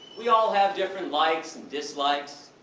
we all have different likes and dislikes,